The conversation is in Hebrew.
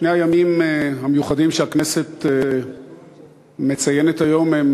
שני הימים המיוחדים שהכנסת מציינת היום הם